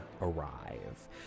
arrive